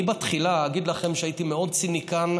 אני תחילה אגיד לכם שהייתי מאוד ציניקן,